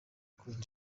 kubera